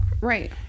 Right